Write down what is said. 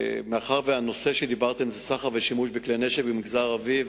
מאחר שהנושא שדיברתם עליו זה סחר ושימוש בכלי נשק במגזר הערבי,